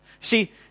See